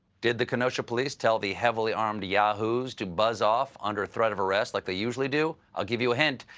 did the kenosha police tell the heavily armed yahoos to buzz off under threat of arrest like they usually do? i'll give you a hint.